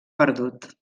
perdut